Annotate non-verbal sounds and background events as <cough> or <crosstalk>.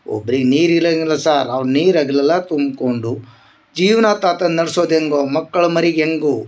ಒಬ್ರಿಗ ನೀರು ಇರಂಗಿಲ್ಲ ಸಾರ್ ಅವ್ರ ನೀರು ಅಗ್ಲೆಲ್ಲ ತುಬ್ಕೊಂಡು ಜೀವನ <unintelligible> ನೆಡ್ಸೋದು ಹೆಂಗೊ ಮಕ್ಳ ಮರಿಗ ಹೆಂಗೊ